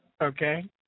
okay